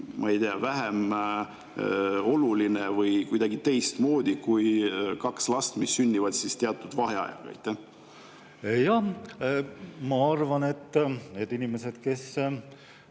ma ei tea, vähem oluline või kuidagi teistmoodi, kui kaks last sünnivad teatud vahega? Jah, ma arvan, et inimeste